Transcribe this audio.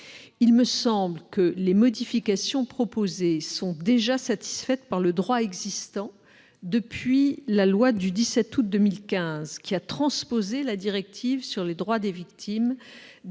Il me semble que les modifications proposées sont satisfaites par le droit existant depuis la loi du 17 août 2015, qui a transposé la directive sur les droits des victimes